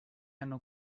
hanno